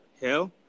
hell